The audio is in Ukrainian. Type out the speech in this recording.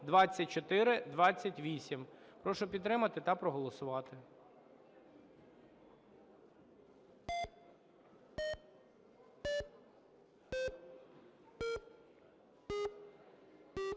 Прошу підтримати та проголосувати.